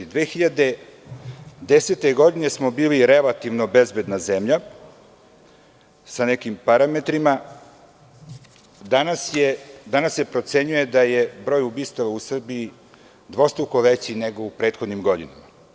Godine 2010. smo bili relativno bezbedna zemlja sa nekim parametrima, a danas se procenjuje da je broj ubistava u Srbiji dvostruko veći nego u prethodnim godinama.